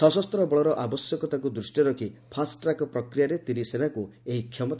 ସଶସ୍ତ ବଳର ଆବଶ୍ୟକତାକୁ ଦୃଷ୍ଟିରେ ରଖି ପାଷ୍ଟ ଟ୍ରାକ୍ ପ୍ରକ୍ରିୟାରେ ତିନି ସେନାକୁ ଏହି କ୍ଷମତା